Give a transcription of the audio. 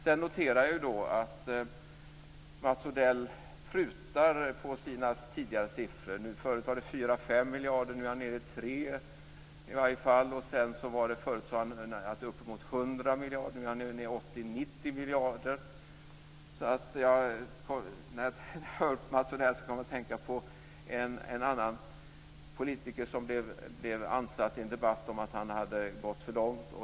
Jag noterar att Mats Odell prutar på sina tidigare siffror. Förut var det 4-5 miljarder - nu är han nere i 3 miljarder. Förut sade han att det rörde sig om uppemot 100 miljarder - nu är han nere i 80-90 miljarder. När jag hör Mats Odell kommer jag att tänka på en annan politiker som blev ansatt i en debatt för att han hade gått för långt.